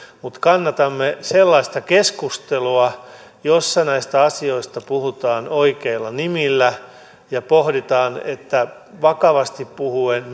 mutta kannatamme sellaista keskustelua jossa näistä asioista puhutaan niiden oikeilla nimillä ja pohditaan millainen vakavasti puhuen